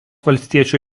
valstiečių